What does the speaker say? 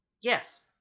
Yes